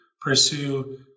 pursue